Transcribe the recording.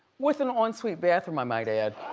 with an on-suite bathroom, i might add.